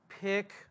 pick